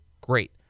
Great